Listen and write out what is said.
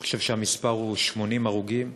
אני חושב שהמספר הוא 80 הרוגים,